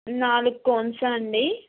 నాలుగు కోన్సా అండి